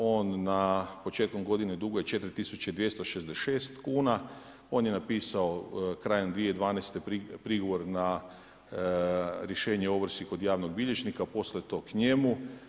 On na početku godine duguje 4266 kuna, on je napisao krajem 2012. prigovor na rješenje o ovrsi kod javnog bilježnika, poslao je to k njemu.